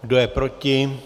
Kdo je proti?